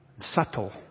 subtle